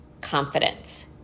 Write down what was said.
confidence